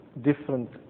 different